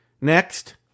Next